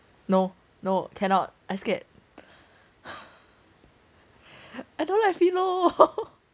no no cannot I scare I don't like philo